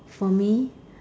for me